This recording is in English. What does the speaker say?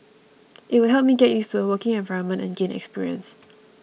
it will help me get used to a working environment and gain experience